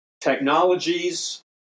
Technologies